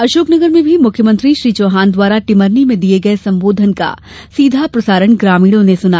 अशोकनगर में भी मुख्यमंत्री श्री चौहान द्वारा टिमरनी में दिये गये संबोधन का सीधा प्रसारण ग्रामीणों ने सुना